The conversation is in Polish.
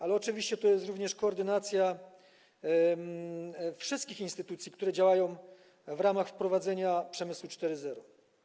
Ale oczywiście to jest również koordynacja funkcjonowania wszystkich instytucji, które działają w ramach wprowadzania przemysłu 4.0.